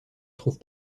trouve